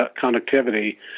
conductivity